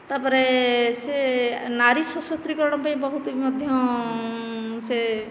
ତାପରେ ସେ ନାରୀ ସଶକ୍ତିକରଣ ପାଇଁ ବହୁତ ମଧ୍ୟ ସେ